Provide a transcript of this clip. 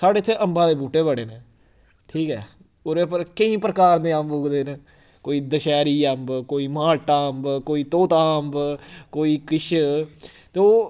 साढ़े इत्थै अम्बा दे बूह्टे बड़े न ठीक ऐ ओह्दे उप्पर केईं प्रकार दे अम्ब उगदे न कोई दशैह्री अम्ब कोई माल्टा अम्ब कोई तोता अम्ब कोई किश ते ओह्